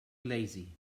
lazy